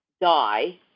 die